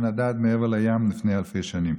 שנדד מעבר לים לפני אלפי שנים.